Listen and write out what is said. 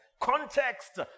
context